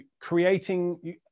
creating